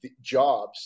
jobs